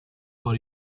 for